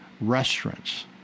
restaurants